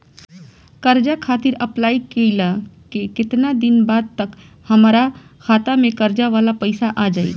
कर्जा खातिर अप्लाई कईला के केतना दिन बाद तक हमरा खाता मे कर्जा वाला पैसा आ जायी?